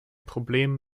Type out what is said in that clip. problem